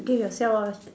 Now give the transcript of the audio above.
give yourself a